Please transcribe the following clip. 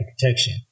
protection